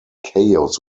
chaos